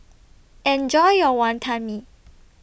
Enjoy your Wonton Mee